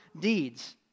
deeds